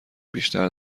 بیشتر